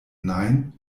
nein